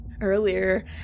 earlier